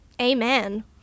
amen